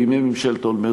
בימי ממשלת אולמרט,